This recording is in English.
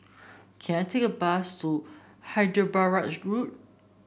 can I take a bus to Hyderabad Road